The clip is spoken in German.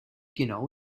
genau